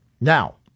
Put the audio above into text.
Now